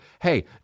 Hey